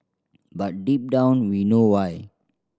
but deep down we know why